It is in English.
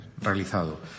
realizado